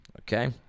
Okay